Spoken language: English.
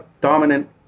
dominant